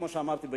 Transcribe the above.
כמו שאמרתי,